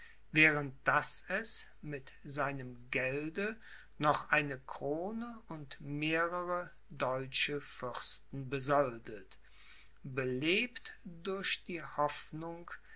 während daß es mit seinem gelde noch eine krone und mehrere deutsche fürsten besoldet belebt durch die hoffnung